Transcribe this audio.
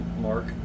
Mark